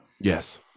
Yes